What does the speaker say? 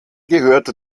gehörte